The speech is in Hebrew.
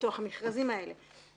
לתוך המכרזים האלה